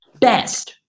best